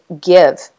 give